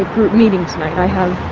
group meeting tonight. i have